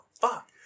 fuck